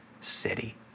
city